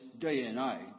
DNA